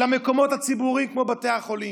למקומות הציבוריים כמו בתי חולים.